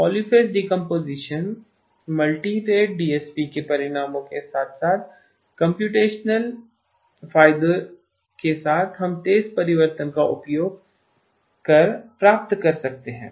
polyphase decomposition multirate DSP के परिणामों के साथ साथ कम्प्यूटेशनल फ़ायदों के साथ हम तेज़ परिवर्तनों का उपयोग कर प्राप्त कर सकते हैं